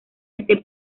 este